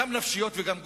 גם נפשיות וגם גופניות.